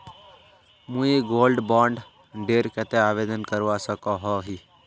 मुई gold bond डेर केते आवेदन करवा सकोहो ही?